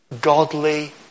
godly